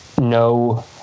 no